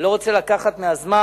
אני לא רוצה לקחת מהזמן;